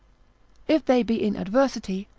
if they be in adversity,